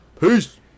Peace